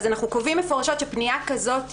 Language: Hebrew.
אנחנו קובעים מפורשות שפנייה כזאת,